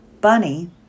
bunny